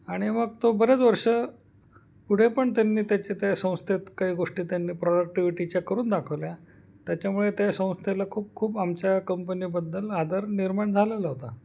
आणि मग तो बरेच वर्ष पुढे पण त्यांनी त्याचे त्या संस्थेत काही गोष्टी त्यांनी प्रोडक्टिव्हिटीच्या करून दाखवल्या त्याच्यामुळे त्या संस्थेला खूप खूप आमच्या कंपनीबद्दल आदर निर्माण झालेला होता